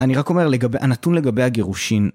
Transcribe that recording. אני רק אומר לגבי, הנתון לגבי הגירושין.